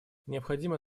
необходимо